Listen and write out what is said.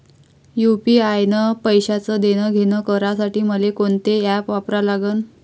UPI न पैशाचं देणंघेणं करासाठी मले कोनते ॲप वापरा लागन?